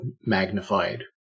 magnified